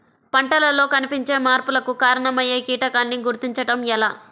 పంటలలో కనిపించే మార్పులకు కారణమయ్యే కీటకాన్ని గుర్తుంచటం ఎలా?